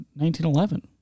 1911